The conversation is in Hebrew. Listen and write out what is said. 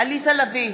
עליזה לביא,